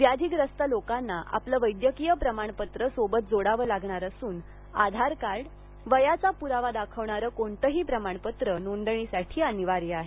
व्याधिग्रस्त लोकांना आपले वैद्यकीय प्रमाणपत्र सोबत जोडावं लागणार असून आधारकार्ड वयाचा प्रावा दाखवणारे कोणतेही प्रमाणपत्र नोंदणीसाठी अनिवार्य आहे